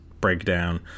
breakdown